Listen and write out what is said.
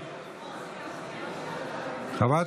בעד